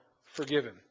forgiven